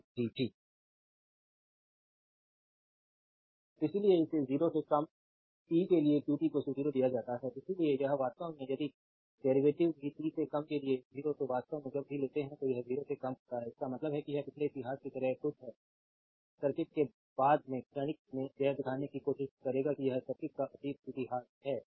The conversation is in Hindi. स्लाइड टाइम देखें 2719 इसलिए इसे 0 से कम t के लिए qt 0 दिया जाता है इसलिए यह वास्तव में है यदि डेरीवेटिव भी t से कम के लिए 0 तो वास्तव में जब भी लेते हैं तो यह 0 से कम होता है इसका मतलब है कि यह पिछले इतिहास की तरह कुछ है सर्किट बाद में क्षणिक में यह देखने की कोशिश करेगा कि यह सर्किट का अतीत इतिहास है